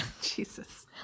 Jesus